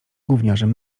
gówniarzem